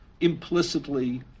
implicitly